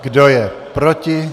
Kdo je proti?